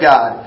God